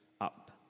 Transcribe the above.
up